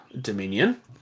Dominion